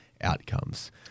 outcomes